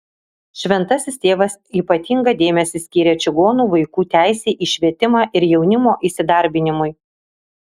šventasis tėvas ypatingą dėmesį skyrė čigonų vaikų teisei į švietimą ir jaunimo įsidarbinimui